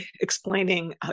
explaining